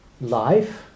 life